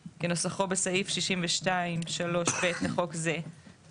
הוראות סעיף 6ב(ב1) כנוסחו בסעיף 62(3)(ב) לחוק זה ביום